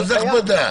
זה לא הכבדה.